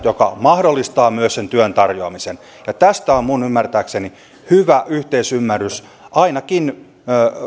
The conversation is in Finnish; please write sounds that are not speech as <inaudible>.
<unintelligible> jotka mahdollistavat myös työn tarjoamisen tästä on minun ymmärtääkseni hyvä yhteisymmärrys ainakin